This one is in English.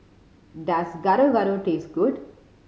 does Gado Gado taste good